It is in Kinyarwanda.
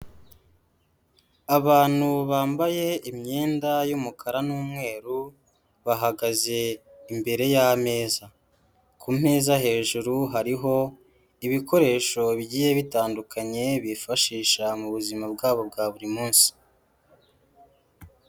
Abantu bambaye imyenda y'umukara n'umweru bahagaze imbere y'ameza, ku meza hejuru hariho ibikoresho bigiye bitandukanye bifashisha mu buzima bwabo bwa buri munsi.